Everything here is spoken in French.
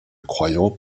croyant